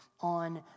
on